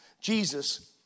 Jesus